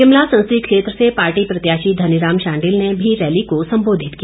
शिमला संसदीय क्षेत्र से पार्टी प्रत्याशी धनीराम शांडिल ने भी रैली को सम्बोधित किया